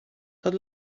tot